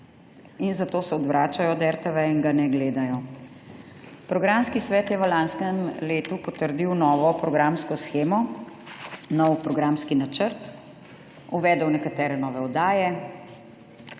in zato se odvračajo od RTV in ga ne gledajo. Programski svet je v lanskem letu potrdil novo programsko shemo, nov programski načrt, uvedel nekatere nove oddaje,